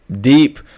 deep